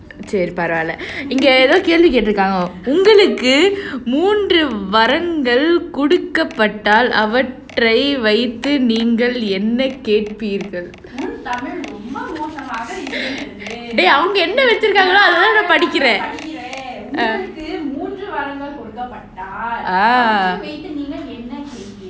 சரி பரவால இங்க ஏதோ கேள்வி கேட்ருக்காங்க உங்களுக்கு மூன்று வரங்கள் கொடுக்கப்பட்டால் அவற்றை வைத்து நீங்கள் என்ன கேட்பீர்கள் உன்:sari paravaala inga edho kelvi ketrukanga ungaluku moonru varangal kodukkapattaal avatrai vaiththu neenga enna ketpeergal un tamil ரொம்ப மோசமாக இருக்கிறது:romba mosamaaga irukirathu dey நான் படிக்கிறேன் உங்களுக்கு மூன்று வரங்கள் கொடுக்கப்பட்டால் அவற்றை வைத்து நீங்கள் என்ன கேட்பீர்கள்:naan padikkuraen ungaluku moonru varangal kodukkapattaal avatrai vaiththu neenga enna ketpeergal ah ah